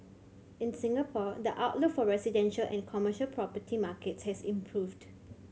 in Singapore the outlook for the residential and commercial property markets has improved